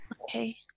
Okay